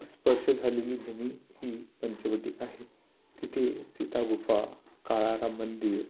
स्पर्श झालेली भूमी ही पंचवटी आहे तिथे सीता गुंफा काळाराम मंदिर